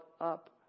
up